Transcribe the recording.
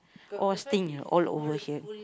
all sting you know all over here